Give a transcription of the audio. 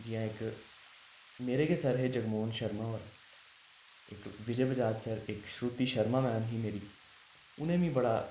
जि'यां इक मेरे गै सर हे जगमोहन शर्मा होर एक विजय बजाज सर एक श्रुति शर्मा मैम ही मेरी उ'नें मिगी बड़ा